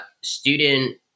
student